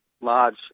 large